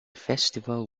festival